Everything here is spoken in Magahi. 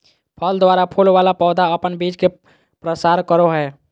फल द्वारा फूल वाला पौधा अपन बीज के प्रसार करो हय